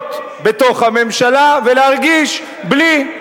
להיות בתוך הממשלה ולהרגיש בלי.